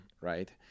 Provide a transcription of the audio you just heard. right